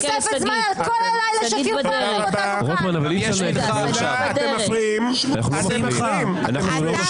יש מאות אלפי ישראלים, ואני אומר את